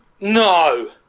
No